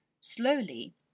Slowly